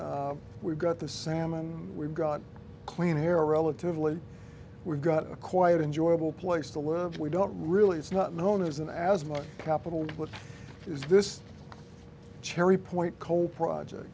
got we've got the salmon we've got clean air relatively we're got a quiet enjoyable place to live we don't really it's not known as in as much capital what is this cherry point coal project